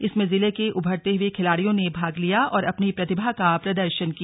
इसमें जिले के उभरते हुए खिलाड़ियों ने भाग लिया और अपनी प्रतिभा का प्रदर्शन किया